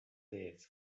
liv